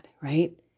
right